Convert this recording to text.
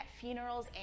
funerals